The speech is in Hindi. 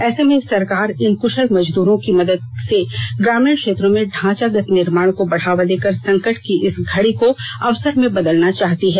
ऐसे में सरकार इन क्शल मजदूरों की मदद से ग्रामीण क्षेत्रों में ढांचागत निर्माण को बढ़ावा देकर संकट की इस घड़ी को अवसर में बदलना चाहती है